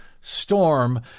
storm